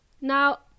Now